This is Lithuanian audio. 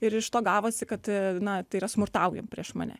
ir iš to gavosi kad na tai yra smurtaujam prieš mane